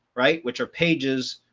right, which are pages,